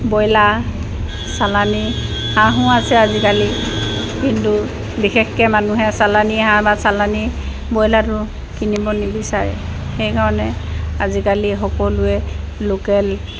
broiler চালানী হাঁহো আছে আজিকালি কিন্তু বিশেষকৈ মানুহে চালানী হাঁহ বা চালানী ব্ৰইলাৰটো কিনিব নিবিচাৰে সেইকাৰণে আজিকালি সকলোৱে লোকেল